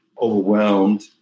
overwhelmed